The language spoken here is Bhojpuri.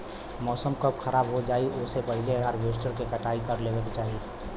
मौसम कब खराब हो जाई ओसे पहिले हॉरवेस्टर से कटाई कर लेवे के चाही